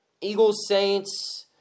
Eagles-Saints